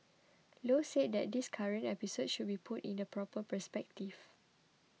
low said that this current episode should be put in the proper perspective